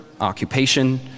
occupation